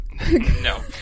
No